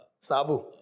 Sabu